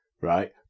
right